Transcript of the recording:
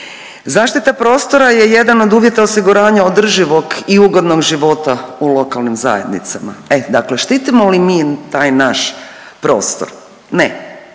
Zaštita prostora je jedan od uvjeta osiguranja održivog i ugodnog života u lokalnim zajednicama, e dakle štitimo li mi taj naš prostor? Ne,